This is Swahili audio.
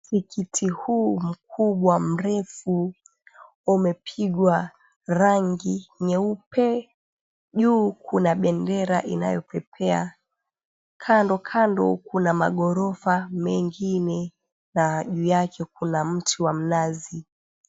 Msikiti huu mkubwa mrefu umepigwa rangi nyeupe. Juu kuna bendera inayopepea, kandokando kuna magorofa mengine na juu yake kuna mti wa mnazi.